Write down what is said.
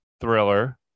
thriller